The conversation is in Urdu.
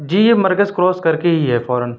جی یہ مرکز کراس کر کے ہی ہے فوراََ